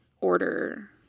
order